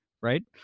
right